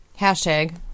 hashtag